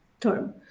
term